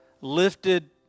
lifted